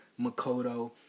Makoto